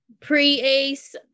pre-ace